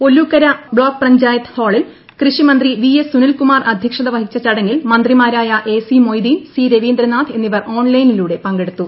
Ollukkara block panchayat ഹാളിൽ കൃഷി മന്ത്രി വി എസ് സുനിൽകുമാർ അധ്യക്ഷത വഹിച്ച ചടങ്ങിൽ മന്ത്രിമാരായ A C Moideen C Raveendranath എന്നിവർ ഓൺലൈനിലൂടെ പങ്കെടുത്തു